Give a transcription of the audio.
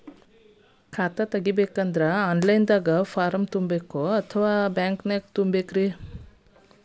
ಖಾತಾ ತೆಗಿಬೇಕಂದ್ರ online ದಾಗ ಫಾರಂ ತುಂಬೇಕೊ ಅಥವಾ ಬ್ಯಾಂಕನ್ಯಾಗ ತುಂಬ ಬೇಕ್ರಿ?